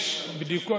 יש בדיקות.